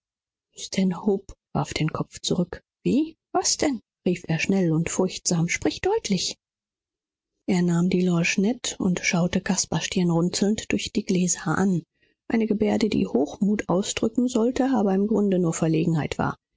warf den kopf zurück wie was denn rief er schnell und furchtsam sprich deutlich er nahm die lorgnette und schaute caspar stirnrunzelnd durch die gläser an eine gebärde die hochmut ausdrücken sollte aber im grunde nur verlegenheit war